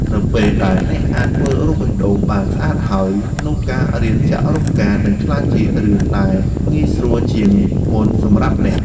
នៅពេលដែលអ្នកអាចធ្វើរូបបេះដូងបានស្អាតហើយ នោះការរៀនចាក់រូបផ្កានឹងក្លាយជារឿងដែលងាយស្រួលជាងមុនសម្រាប់អ្នក។